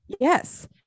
Yes